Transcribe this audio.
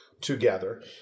together